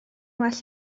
well